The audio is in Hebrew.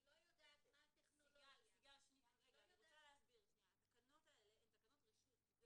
מה הטכנולוגיה --- אני רוצה להסביר התקנות האלה הן תקנות רשות.